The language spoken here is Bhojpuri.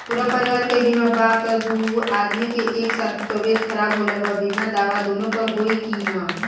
पूरा परिवार के बीमा बा त दु आदमी के एक साथ तबीयत खराब होला पर बीमा दावा दोनों पर होई की न?